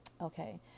Okay